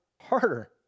harder